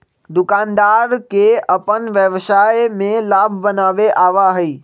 दुकानदार के अपन व्यवसाय में लाभ बनावे आवा हई